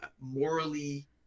morally